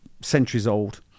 centuries-old